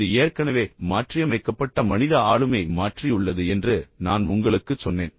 இது ஏற்கனவே மாற்றியமைக்கப்பட்ட மனித ஆளுமையை மாற்றியுள்ளது என்று நான் உங்களுக்குச் சொன்னேன்